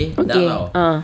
okay ah